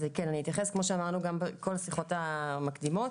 כפי שאמרנו גם בכל השיחות המקדימות,